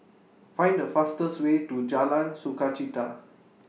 Find The fastest Way to Jalan Sukachita